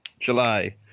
July